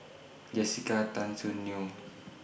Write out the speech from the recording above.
Jessica Tan Soon Neo